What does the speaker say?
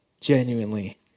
genuinely